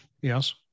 Yes